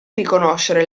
riconoscere